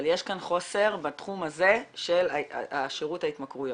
אבל יש כאן חוסר בתחום הזה של שירות ההתמכרויות.